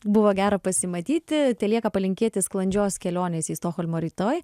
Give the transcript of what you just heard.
buvo gera pasimatyti telieka palinkėti sklandžios kelionės į stokholmą rytoj